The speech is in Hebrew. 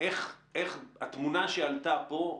התמונה שעלתה פה,